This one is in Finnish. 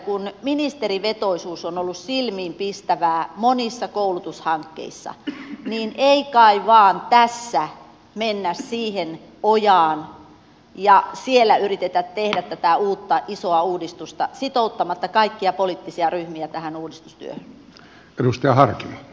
kun ministerivetoisuus on ollut silmiinpistävää monissa koulutushankkeissa niin ei kai vain tässä mennä siihen ojaan ja siellä yritetä tehdä tätä uutta isoa uudistusta sitouttamatta kaikkia poliittisia ryhmiä tähän uudistustyöhön